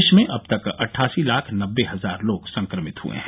देश में अब तक अट्ठासी लाख नब्बे हजार लोग संक्रमित हुए हैं